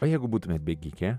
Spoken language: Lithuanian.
o jeigu būtumėte bėgikė